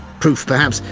proof perhaps,